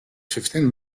fifteen